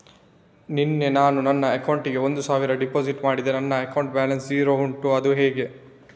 ನಿನ್ನೆ ನಾನು ನನ್ನ ಅಕೌಂಟಿಗೆ ಒಂದು ಸಾವಿರ ಡೆಪೋಸಿಟ್ ಮಾಡಿದೆ ನನ್ನ ಅಕೌಂಟ್ ಬ್ಯಾಲೆನ್ಸ್ ಝೀರೋ ಉಂಟು ಅದು ಹೇಗೆ?